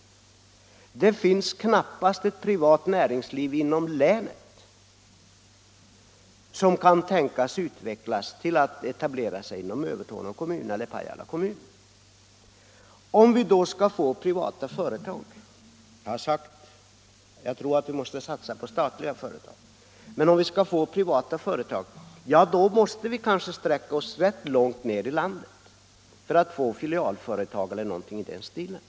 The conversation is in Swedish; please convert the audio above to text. Det finns knappast ett privat näringsliv inom länet som kan tänkas utvecklas så att det etablerar sig inom Övertorneå kommun eller Pajala kommun. Det har sagts — och jag tror att det är riktigt — att vi måste satsa på statliga företag. Men om vi skall få dit privata företag måste vi kanske sträcka oss långt ner i landet för att finna företag som vill starta filialer eller någonting i den stilen.